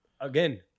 again